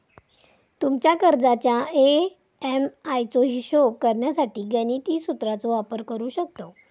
तुमच्या कर्जाच्या ए.एम.आय चो हिशोब करण्यासाठी गणिती सुत्राचो वापर करू शकतव